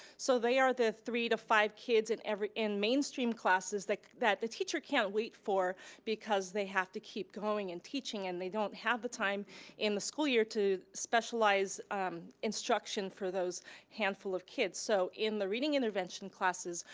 so they are the three to five kids in mainstream classes that that the teacher can't wait for because they have to keep going and teaching, and they don't have the time in the school year to specialize instruction for those handful of kids. so in the reading intervention classes,